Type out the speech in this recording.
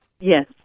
yes